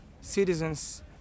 citizens